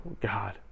God